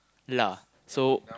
lah so